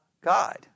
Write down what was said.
God